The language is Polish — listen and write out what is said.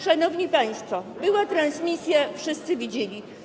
Szanowni państwo, była transmisja, wszyscy widzieli.